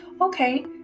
Okay